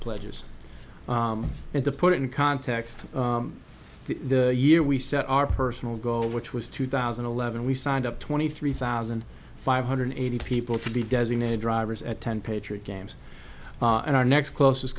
pledges and to put it in context the year we set our personal goal which was two thousand and eleven we signed up twenty three thousand five hundred eighty people to be designated drivers at ten patriot games and our next closest